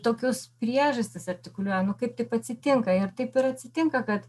tokius priežastis artikuliuoja nu kaip taip atsitinka ir taip ir atsitinka kad